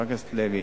חברת הכנסת לוי,